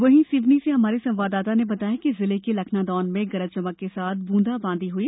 वहीं सिवनी से हमारे संवाददाता ने बताया है कि जिले के लखनादौन में गरज चमक के साथ बूंदा बांदी हई